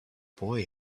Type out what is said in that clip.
boy